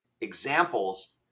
examples